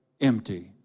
empty